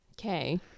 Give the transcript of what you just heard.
Okay